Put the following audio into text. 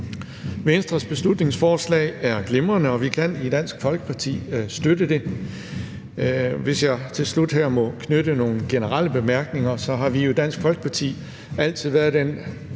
Venstres beslutningsforslag er glimrende, og vi kan i Dansk Folkeparti støtte det. Hvis jeg til slut her må knytte nogle generelle bemærkninger til det, vil jeg sige: Vi har jo i Dansk Folkeparti altid været i den